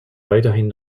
weiterhin